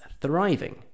thriving